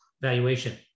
valuation